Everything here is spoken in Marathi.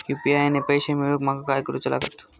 यू.पी.आय ने पैशे मिळवूक माका काय करूचा लागात?